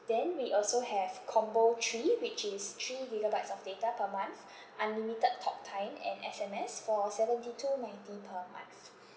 then we also have combo three which is three gigabytes of data per month unlimited talktime and S_M_S for seventy two ninety per month